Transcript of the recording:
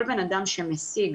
כל אדם שמשיג